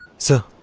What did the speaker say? sir.